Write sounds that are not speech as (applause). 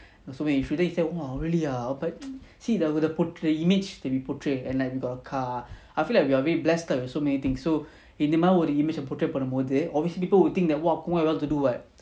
got so many issue then he say !wah! really ah but (noise) see the the portray image that we portrayed and like got a car I feel like we are very blessed lah with so many thing so இந்தமாதிரிஒரு:indha madhiri oru image ah portray பண்ணும்போது:pannumpothu obviously people will think that !wah! kumar well to do [what]